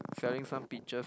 selling some peaches